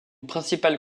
principal